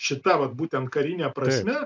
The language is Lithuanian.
šita vat būtent karine prasme